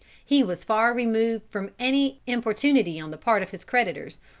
he was far removed from any importunity on the part of his creditors,